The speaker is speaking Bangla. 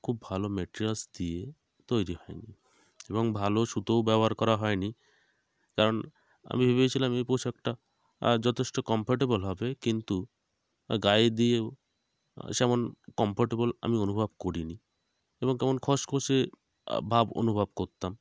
খুব ভালো মেটেরিয়ালস দিয়ে তৈরি হয়নি এবং ভালো সুতোও ব্যবহার করা হয়নি কারণ আমি ভেবেছিলাম এই পোশাকটা যথেষ্ট কম্ফোর্টেবেল হবে কিন্তু গায়ে দিয়েও তেমন কম্ফোর্টেবেল আমি অনুভব করিনি এবং কেমন খসখসে ভাব অনুভব করতাম